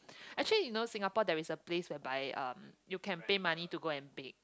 actually you know Singapore there is a place whereby um you can pay money to go and bake